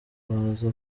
baza